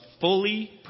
fully